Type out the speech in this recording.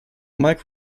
mike